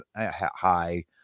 high